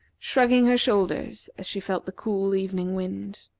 shrugging her shoulders as she felt the cool evening wind.